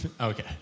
Okay